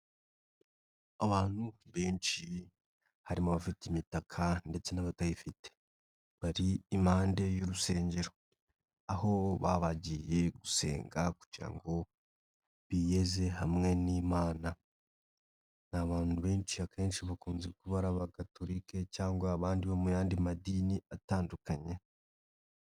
Abantu benshi harimo abafite imitaka ndetse n'abatayifite, bari impande y'urusengero aho baba bagiye gusenga kugira ngo biyeze hamwe n'Imana, ni abantu benshi akenshi bakunze kuba ari Abakatolika cyangwa abandi bo mu yandi madini atandukanye.